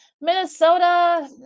Minnesota